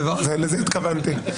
לזה התכוונתי.